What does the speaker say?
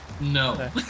No